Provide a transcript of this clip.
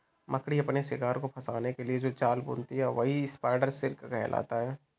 मकड़ी अपने शिकार को फंसाने के लिए जो जाल बुनती है वही स्पाइडर सिल्क कहलाता है